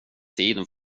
tiden